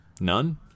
none